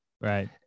Right